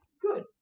Good